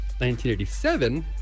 1987